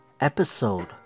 Episode